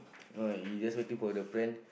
no he just waiting for the friend